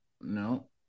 No